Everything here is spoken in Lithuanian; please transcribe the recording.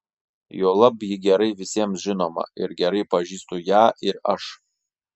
juolab ji gerai visiems žinoma ir gerai pažįstu ją ir aš